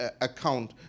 account